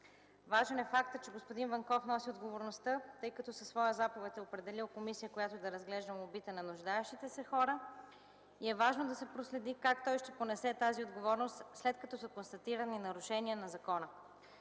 Важен е фактът, че господин Ванков носи отговорността, тъй като със своя заповед е определил комисия, която да разглежда молбите на нуждаещите се хора. Важно е да се проследи как той ще понесе тази отговорност, след като са констатирани нарушения на закона.